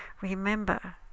Remember